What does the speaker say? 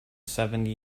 seventy